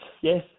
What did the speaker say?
yes